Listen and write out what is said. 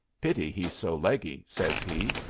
pity he's so leggy, says he.